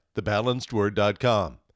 thebalancedword.com